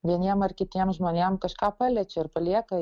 vieniem ar kitiem žmonėm kažką paliečia ir palieka